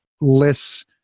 less